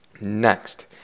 Next